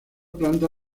planta